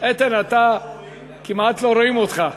איתן, אתה כמעט לא רואים אותך.